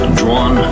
drawn